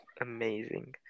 Amazing